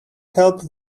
health